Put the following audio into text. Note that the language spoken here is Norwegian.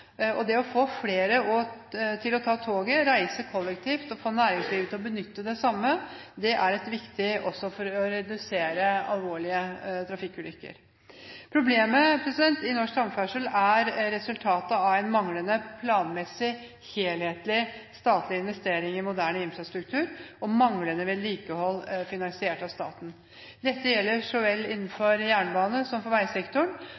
og det å få flere til å ta toget, til å reise kollektivt, og få næringslivet til å benytte dette, er viktig også for å redusere alvorlige trafikkulykker. Problemet i norsk samferdsel er et resultat av en manglende planmessig, helhetlig statlig investering i moderne infrastruktur og manglende vedlikehold finansiert av staten. Dette gjelder for jernbanesektoren så vel som for veisektoren,